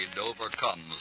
overcomes